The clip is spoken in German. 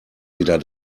wieder